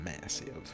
Massive